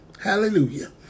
Hallelujah